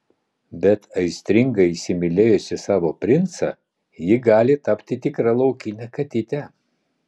bet aistringai įsimylėjusi savo princą ji gali tapti tikra laukine katyte